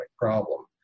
problem